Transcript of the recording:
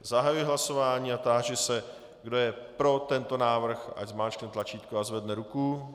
Zahajuji hlasování a táži se, kdo je pro tento návrh, ať zmáčkne tlačítko a zvedne ruku.